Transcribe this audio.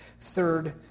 third